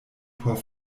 por